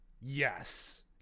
Yes